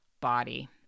body